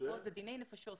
זה דיני נפשות,